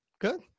Good